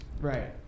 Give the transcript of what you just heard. Right